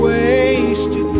Wasted